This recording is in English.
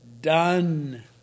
done